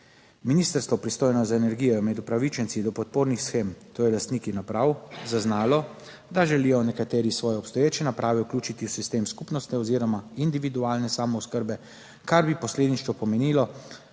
Ministrstvo pristojno za energijo, je med upravičenci do podpornih shem, to je lastniki naprav, zaznalo, da želijo nekateri svoje obstoječe naprave vključiti v sistem skupnostne oziroma individualne samooskrbe, kar bi posledično pomenilo,